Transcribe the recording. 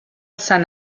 sant